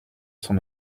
son